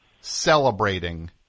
celebrating